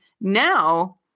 Now